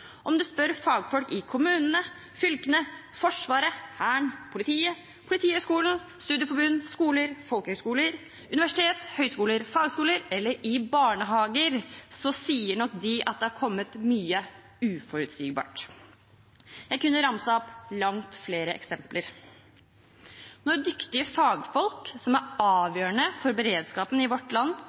Om du spør fagfolk i kommunene, fylkene, Forsvaret, Hæren, politiet, Politihøgskolen, studieforbund, skoler, folkehøyskoler, universitet, høyskoler, fagskoler eller i barnehager, så sier nok de at det har kommet mye uforutsigbart. Jeg kunne ramset opp langt flere eksempler. Når dyktige fagfolk som er avgjørende for beredskapen i vårt land,